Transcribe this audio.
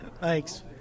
Thanks